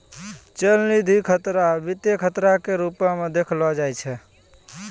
चलनिधि खतरा के वित्तीय खतरो के रुपो मे देखलो जाय छै